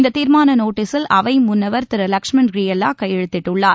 இந்த தீர்மான நோட்டீஸில் அவை முன்னவர் திரு லஷ்மண் கிரியெல்லா கையெழுத்திட்டுள்ளார்